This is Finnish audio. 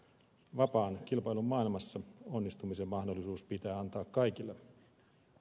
vapaan kilpailun maailmassa onnistumisen mahdollisuus pitää antaa kaikille